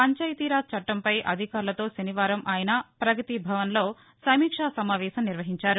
పంచాయతీరాజ్ చట్టంపై అధికారులతో శనివారం ఆయన ప్రగతి భవన్లో సమీక్షా సమావేశం నిర్వహించారు